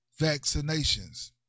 vaccinations